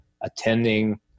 attending